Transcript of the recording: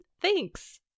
Thanks